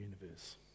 universe